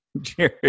jerry